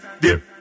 dip